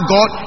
God